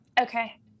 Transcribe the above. Okay